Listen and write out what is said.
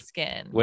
Skin